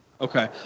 Okay